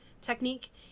technique